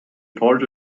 part